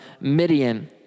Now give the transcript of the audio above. Midian